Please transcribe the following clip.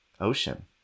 Ocean